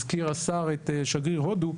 הזכיר השר את שגריר הודו,